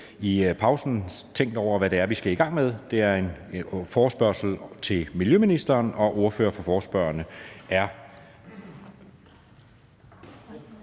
i pausen og tænkt over, hvad det er, vi skal i gang med. Det er en forespørgsel til miljøministeren, og ordfører for forespørgerne